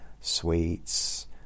Sweets